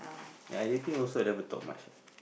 ya dating also i never talk much